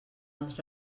els